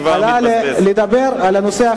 אם אתם רוצים לדבר על הנושא,